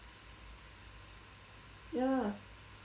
ya lah